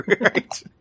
Right